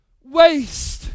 waste